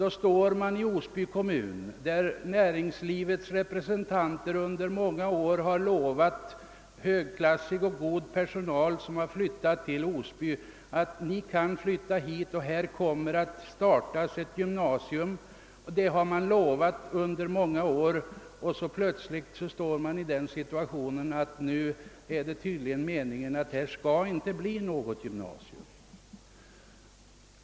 Då befinner man sig i Osby kommun plötsligt i den situationen att det tydligen är meningen att det inte skall bli något gymnasium, sedan näringslivets representanter under många år har lovat nyanställd personal att den kan flytta dit, eftersom det där kommer att upprättas ett gymnasium.